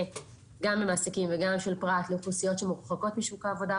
למעסיקים ופרט לאוכלוסיות שמורחקות משוק העבודה,